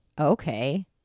Okay